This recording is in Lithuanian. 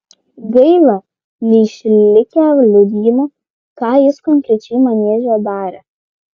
gaila neišlikę liudijimų ką jis konkrečiai manieže darė